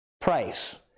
price